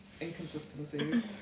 inconsistencies